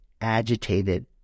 agitated